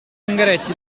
ungaretti